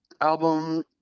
Album